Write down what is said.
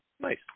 nice